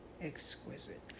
exquisite